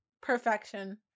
perfection